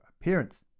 appearance